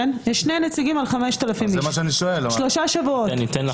יש שני נציגים על 5,000 אנשים כבר שלושה שבועות.